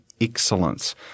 excellence